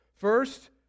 First